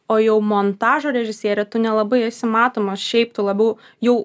o jau montažo režisierė tu nelabai esi matomas šiaip tu labiau jau